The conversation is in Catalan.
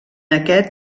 aquest